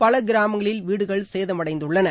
பல கிராமங்களில் வீடுகள் சேதமடைந்துள்ளன